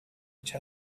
each